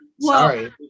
sorry